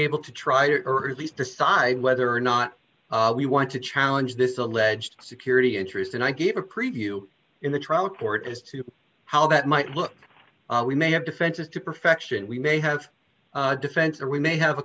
able to try to earliest decide whether or not we want to challenge this alleged security interests and i gave a preview in the trial court as to how that might look we may have defenses to perfection we may have a defense or we may have a